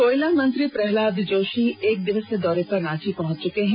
कोयला मंत्री प्रहलाद जोशी एक दिवसीय दौरे पर रांची पहंचे च्के हैं